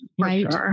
Right